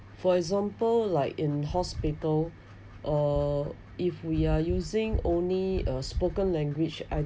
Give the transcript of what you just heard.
for example like in hospital uh if we are using only a spoken language